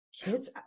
kids